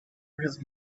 really